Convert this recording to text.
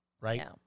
right